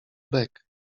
bek